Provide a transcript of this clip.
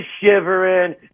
shivering